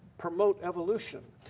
promote evolution.